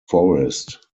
forest